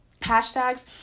hashtags